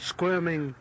Squirming